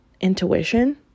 intuition